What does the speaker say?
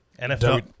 NFL